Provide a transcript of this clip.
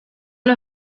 los